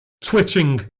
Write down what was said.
twitching